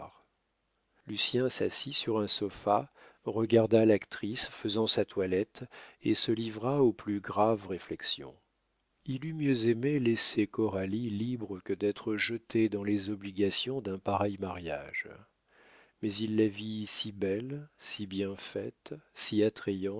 lucien s'assit sur un sofa regarda l'actrice faisant sa toilette et se livra aux plus graves réflexions il eût mieux aimé laisser coralie libre que d'être jeté dans les obligations d'un pareil mariage mais il la vit si belle si bien faite si